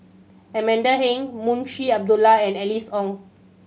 Amanda Heng Munshi Abdullah and Alice Ong